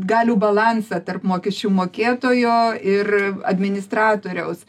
galių balansą tarp mokesčių mokėtojo ir administratoriaus